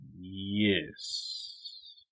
Yes